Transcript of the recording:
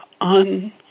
on